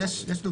יש דוגמאות.